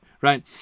right